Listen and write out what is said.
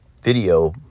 video